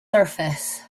surface